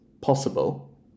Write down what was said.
possible